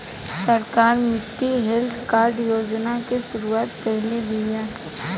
सरकार मिट्टी health card योजना के शुरूआत काइले बिआ